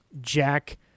Jack